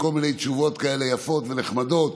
עם כל מיני תשובות כאלה יפות ונחמדות,